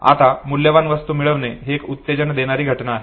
आता मूल्यवान वस्तू मिळविणे ही एक उत्तेजन देणारी घटना आहे